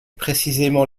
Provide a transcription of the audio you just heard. précisément